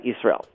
Israel